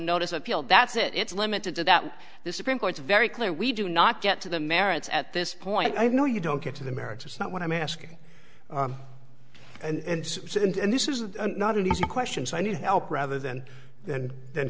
notice of appeal that's it it's limited to that the supreme court's very clear we do not get to the merits at this point i know you don't get to the merits it's not what i'm asking and so and this is not an easy question so i need help rather than than than